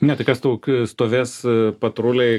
ne tai kas tau stovės patruliai